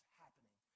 happening